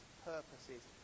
Purposes